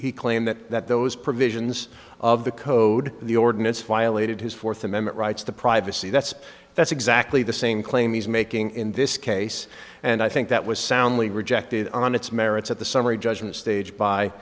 he claimed that those provisions of the code the ordinance violated his fourth amendment rights to privacy that's that's exactly the same claim he's making in this case and i think that was soundly rejected on its merits at the summary judgment stage by